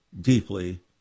deeply